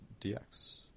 DX